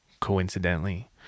coincidentally